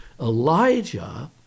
Elijah